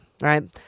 right